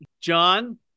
John